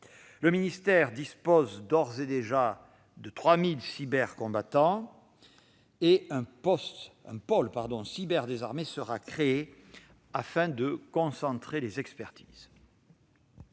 Le ministère dispose d'ores et déjà de 3 000 cybercombattants. Un pôle cyber des armées sera créé pour concentrer les expertises.